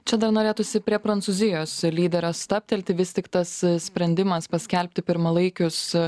čia dar norėtųsi prie prancūzijos lyderio stabtelti vis tik tas sprendimas paskelbti pirmalaikius